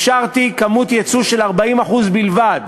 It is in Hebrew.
אפשרתי כמות ייצוא של 40% בלבד.